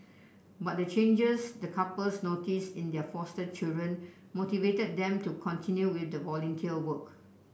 but the changes the couples notice in their foster children motivated them to continue with the volunteer work